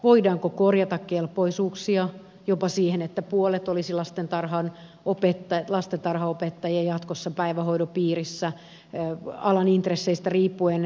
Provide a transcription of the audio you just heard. voidaanko korjata kelpoisuuksia jopa siihen että jatkossa puolet olisi lastentarhanopettajia päivähoidon piirissä alan intresseistä riippuen